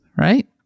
right